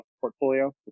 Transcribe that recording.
portfolio